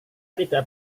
tidak